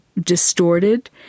distorted